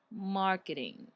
marketing